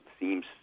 seems –